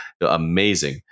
Amazing